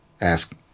ask